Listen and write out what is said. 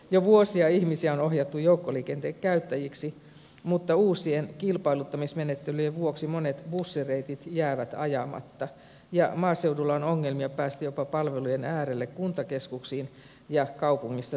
jo vuosia ihmisiä on ohjattu joukkoliikenteen käyttäjiksi mutta uusien kilpailuttamismenettelyjen vuoksi monet bussireitit jäävät ajamatta ja maaseudulla on ongelmia päästä jopa palvelujen äärelle kuntakeskuksiin ja kaupungista toiseen